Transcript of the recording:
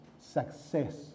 success